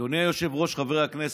אדוני היושב-ראש, חברי הכנסת,